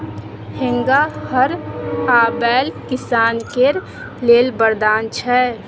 हेंगा, हर आ बैल किसान केर लेल बरदान छै